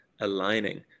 aligning